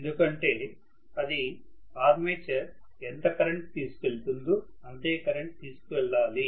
ఎందుకంటే అది armature current ఎంత కరెంట్ తీసుకెళ్తుందో అంతే కరెంట్ తీసుకెళ్లాలి